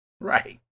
Right